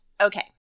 okay